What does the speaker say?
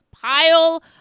pile